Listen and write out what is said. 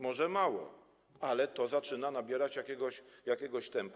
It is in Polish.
Może mało, ale to zaczyna nabierać jakiegoś tempa.